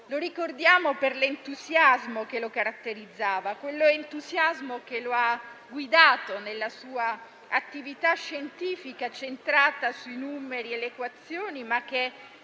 Lo ricordiamo per l'entusiasmo che lo caratterizzava e che lo ha guidato nella sua attività scientifica, centrata sui numeri e sulle equazioni e che lo ha portato